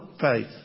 faith